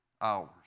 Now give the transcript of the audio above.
hours